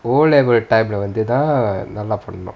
O level time வந்து தான் நல்லா பண்ணோம்:vanthu thaan nallaa pannom